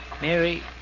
Mary